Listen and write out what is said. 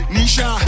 Nisha